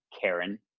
Karen